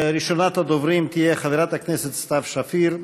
ראשונת הדוברים תהיה חברת הכנסת סתיו שפיר,